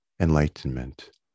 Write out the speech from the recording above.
enlightenment